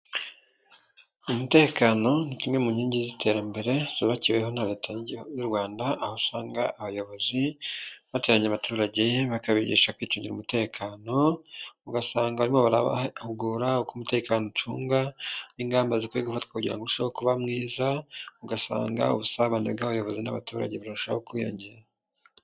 Umutekano ni kimwe mu nkingi z'iterambere zubabakiweho na Leta y'u Rwanda, aho usanga abayobozi beteranya abaturage bakabigisha kwicungira umutekano, ugasanga barimo barabahugura uko umutekano ucunga n'ingamba zikwiye gufatwa kugira urusheho kuba mwiza, ugasanga ubusabane bw'abayobozi n'abaturage urushaho kwiyongera.